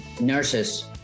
nurses